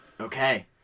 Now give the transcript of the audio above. Okay